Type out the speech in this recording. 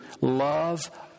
love